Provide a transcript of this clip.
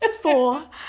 Four